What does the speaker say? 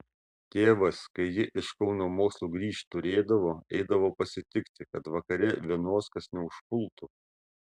tėvas kai ji iš kauno mokslų grįžt turėdavo eidavo pasitikti kad vakare vienos kas neužpultų